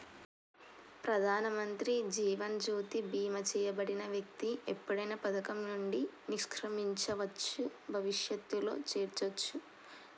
ప్రధానమంత్రి జీవన్ జ్యోతి బీమా చేయబడిన వ్యక్తి ఎప్పుడైనా పథకం నుండి నిష్క్రమించవచ్చు, భవిష్యత్తులో చేరొచ్చు